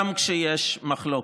גם כשיש מחלוקת.